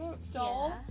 stole